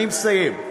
אני מסיים.